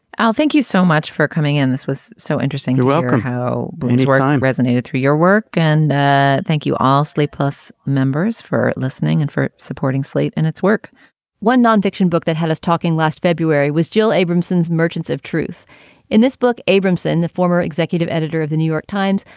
oh, thank you so much for coming in. this was so interesting. you're welcome. how many wertime resonated through your work? and ah thank you all slate plus members for listening and for supporting slate and its work one non-fiction book that had us talking last february was jill abramson's merchants of truth in this book. abramson, the former executive editor of the new york times,